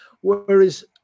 Whereas